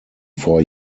four